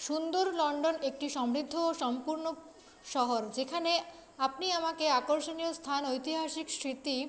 সুন্দর লন্ডন একটি সমৃদ্ধ ও সম্পূর্ণ শহর যেখানে আপনি আমাকে আকর্ষণীয় স্থান ঐতিহাসিক স্মৃতি